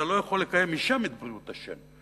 אתה לא יכול לקיים משם את בריאות השן.